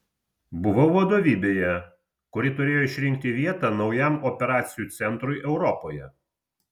buvau vadovybėje kuri turėjo išrinkti vietą naujam operacijų centrui europoje